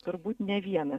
turbūt ne vienas